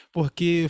Porque